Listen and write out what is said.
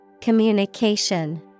Communication